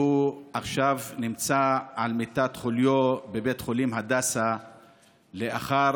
והוא עכשיו נמצא על מיטת חוליו בבית החולים הדסה לאחר